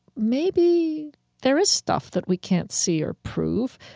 maybe there is stuff that we can't see or prove,